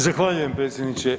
Zahvaljujem predsjedniče.